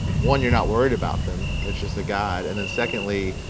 one, you're not worried about them. it's just a guide. and then, secondly,